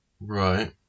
Right